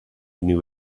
new